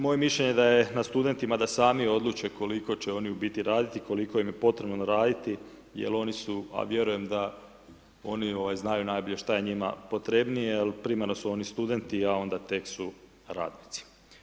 Moje mišljenje je da je na studentima da sami odluče koliko će oni u biti raditi, koliko im je potrebno raditi, jer oni su, a vjerujem da oni znaju najbolje šta je njima potrebnije, ali primarno su oni studenti a onda tek su radnici.